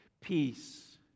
Peace